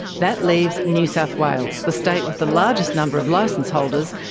that leaves new south wales, the state with the largest number of licence holders,